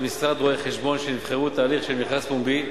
משרדי רואי-חשבון שנבחרו בהליך של מכרז פומבי,